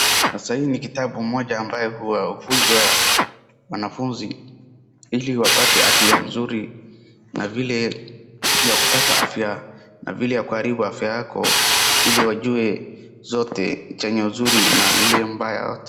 Sasa hii ni kitabu moja ambayo huwa hufunza wanafunzi ili wapate afya mzuri na vile ya kupata afya na vile ya kuharibu afya yako ili wajue zote chenye nzuri na ile mbaya.